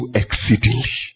exceedingly